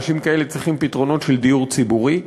אנשים כאלה צריכים פתרונות של דיור ציבורי.